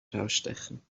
herausstechen